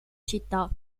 città